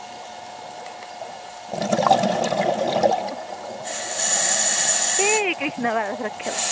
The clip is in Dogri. एह् कृष्णा पैलेस रक्खे दा